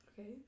Okay